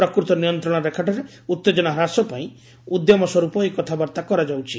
ପ୍ରକୃତ ନିୟନ୍ତ୍ରଣରେଖାଠାରେ ଉତ୍ତେଜନା ହ୍ରାସ ପାଇଁ ଉଦ୍ୟମ ସ୍ୱରୂପ ଏହି କଥାବାର୍ତ୍ତା କରାଯାଉଛି